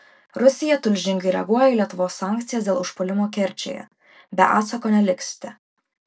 rusija tulžingai reaguoja į lietuvos sankcijas dėl užpuolimo kerčėje be atsako neliksite